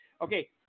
Okay